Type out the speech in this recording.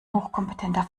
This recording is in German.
hochkompetenter